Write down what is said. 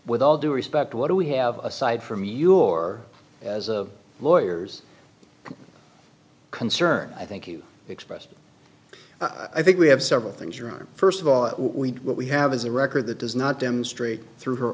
with all due respect what do we have aside from your lawyers concern i think you've expressed i think we have several things your first of all we did what we have is a record that does not demonstrate through her